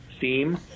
theme